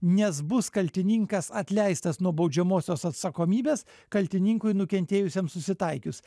nes bus kaltininkas atleistas nuo baudžiamosios atsakomybės kaltininkui nukentėjusiajam susitaikius